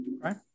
right